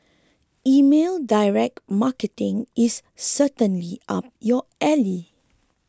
email direct marketing is certainly up your alley